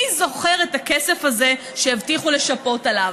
מי זוכר את הכסף הזה שהבטיחו לשפות עליו?